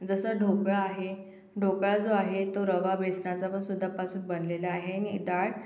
जसं ढोकळा आहे ढोकळा जो आहे तो रवा बेसनाचापणसुद्धापासून बनलेला आहे आणि डाळ